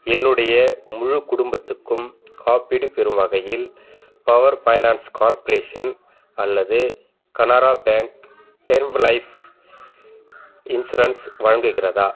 என்னுடைய முழு குடும்பத்துக்கும் காப்பீடு பெறும் வகையில் பவர் ஃபைனான்ஸ் கார்ப்ரேஷன் அல்லது Canara bank term life insurance வழங்குகிறதா